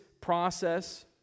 process